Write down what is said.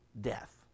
death